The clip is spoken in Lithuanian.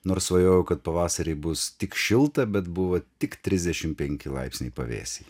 nors svajojau kad pavasarį bus tik šilta bet buvo tik trisdešimt penki laipsniai pavėsyje